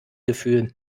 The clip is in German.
gefühl